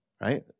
Right